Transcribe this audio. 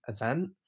event